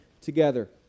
together